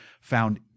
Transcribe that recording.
found